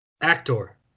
actor